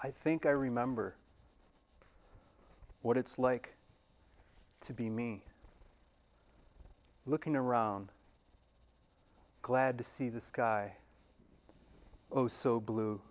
i think i remember what it's like to be me looking around glad to see the sky oh so blue